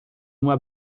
uma